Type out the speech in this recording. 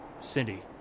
Cindy